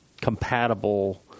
compatible